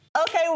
Okay